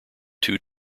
two